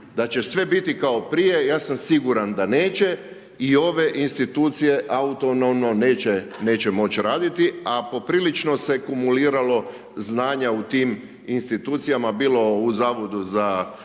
da će sve biti kao prije. Ja sam siguran da neće i ove institucije autonomno neće moći raditi, a poprilično se kumuliralo znanja u tim institucijama bilo u Zavodu za